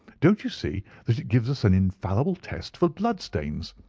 don't you see that it gives us an infallible test for blood stains.